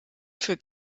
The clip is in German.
für